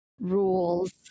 rules